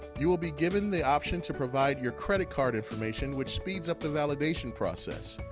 you will be given the option to provide your credit card information, which speeds up the validation process.